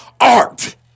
art